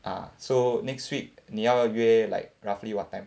ah so next week 你要约 like roughly what time